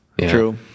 True